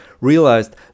realized